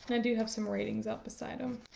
and do have some ratings out beside them.